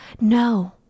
No